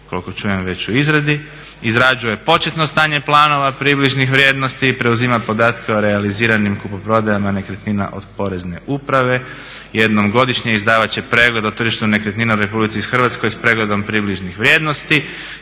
koliko čujem već u izradi, izrađuje početno stanje planova približnih vrijednosti, preuzima podatke o realiziranim kupoprodajama nekretnina od porezne uprave, jednom godišnje izdavat će pregled o tržištu nekretnina u RH s pregledom približnih vrijednosti